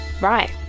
Right